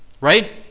right